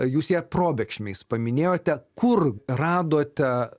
jūs ją probėgšmiais paminėjote kur radote